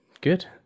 good